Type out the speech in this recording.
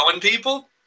people